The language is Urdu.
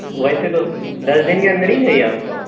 ویسے تو دس دن کے اندر ہی چاہیے آپ کو